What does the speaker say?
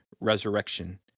resurrection